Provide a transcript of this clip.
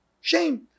Shame